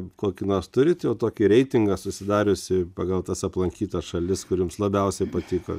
kokį nors turit jau tokį reitingą susidariusi pagal tas aplankytas šalis kur jums labiausiai patiko